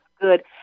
good